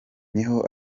niho